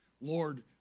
Lord